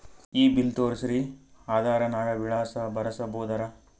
ಈ ಬಿಲ್ ತೋಸ್ರಿ ಆಧಾರ ನಾಗ ವಿಳಾಸ ಬರಸಬೋದರ?